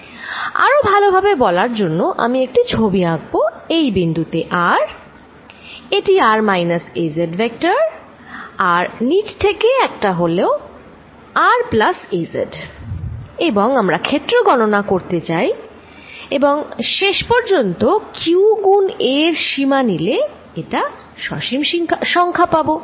আরো ভালো ভাবে বলার জন্য আমি একটি ছবি আঁকবো এই বিন্দুতে r এটি r মাইনাস az ভেক্টর আর নিচ থেকে একটা হল r প্লাস az এবং আমরা ক্ষেত্র গণনা করতে চাই এবং শেষ পর্যন্ত qগুন a এর সীমা নিলে একটা সসীম সংখ্যা পাবো